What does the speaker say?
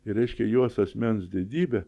reiškia juos asmens didybę